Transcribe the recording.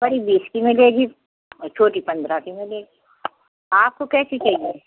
बड़ी बीस की मिलेगी और छोटी पन्द्राह की मिलेगी आपको कैसी चाहिए